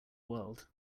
world